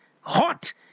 hot